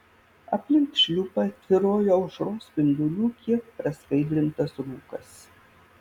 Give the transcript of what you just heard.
aplink šliupą tvyrojo aušros spindulių kiek praskaidrintas rūkas